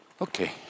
Okay